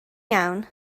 iawn